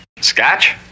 Scotch